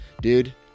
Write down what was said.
Dude